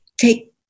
take